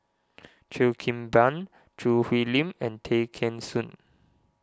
Cheo Kim Ban Choo Hwee Lim and Tay Kheng Soon